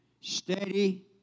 Steady